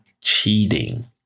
cheating